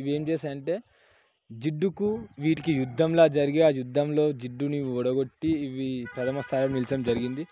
ఇవి ఏం చేస్తాయి అంటే జిడ్డుకు వీటికి యుద్ధంలా జరిగే ఆ యుద్ధంలో జిడ్డుని ఓడగొట్టి ఇవి ప్రథమ స్థానంలో నిలవడం జరిగింది